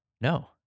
No